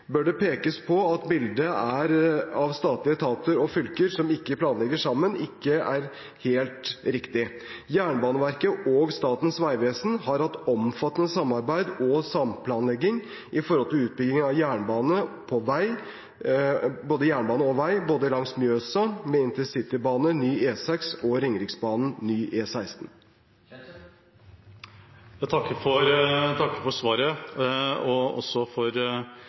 bør det pekes på at bildet av statlige etater og fylker som ikke planlegger sammen, ikke er helt riktig. Jernbaneverket og Statens vegvesen har hatt omfattende samarbeid og samplanlegging når det gjelder utbygging av jernbane og vei, både langs Mjøsa med intercitybane og ny E6 og for Ringeriksbanen og ny El6. Jeg takker for svaret og også for